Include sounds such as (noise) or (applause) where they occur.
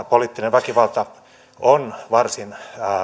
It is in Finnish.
(unintelligible) poliittinen väkivalta on varsin